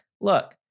look